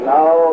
Now